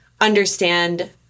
understand